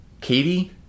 Katie